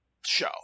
show